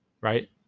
Right